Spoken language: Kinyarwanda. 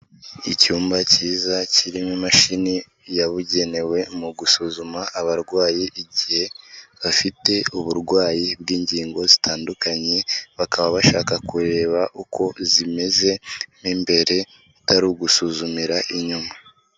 Icyumba cyiza kirimo imashini yabugenewe mu gusuzuma abarwayi igihe bafite uburwayi bw'ingingo zitandukanye, bakaba bashaka kureba uko zimeze mo imbere, atari ugusuzumira inyuma.